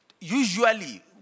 Usually